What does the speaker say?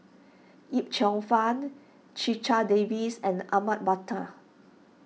Yip Cheong Fun Checha Davies and Ahmad Mattar